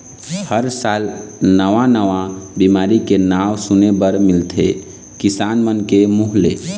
हर साल नवा नवा बिमारी के नांव सुने बर मिलथे किसान मन के मुंह ले